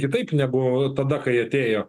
kitaip negu tada kai atėjo